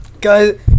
Guys